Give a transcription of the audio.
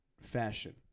fashion